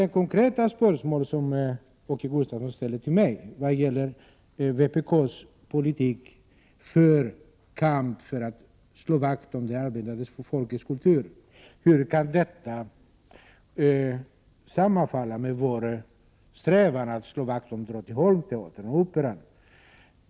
Åke Gustavsson ställde en konkret fråga till mig om hur vpk:s politik för att slå vakt om det arbetande folkets kultur kan överensstämma med vpk:s strävan att slå vakt om Drottningholmsteatern och Operan.